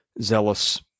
zealous